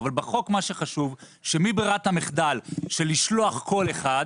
אבל בחוק מה שחשוב זה שמברירת המחדל של לשלוח כל אחד,